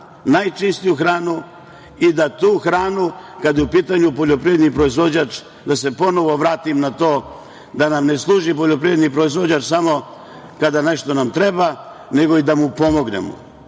najčistiju hranu i da tu hranu, kada je u pitanju poljoprivredni proizvođač, ponovo vratim na to da nam ne služi poljoprivredni proizvođač samo kada nešto nam treba, nego da mu i pomognemo. Nije